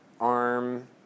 arm